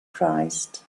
christ